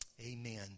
Amen